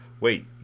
Wait